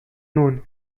known